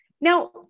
Now